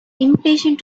impatient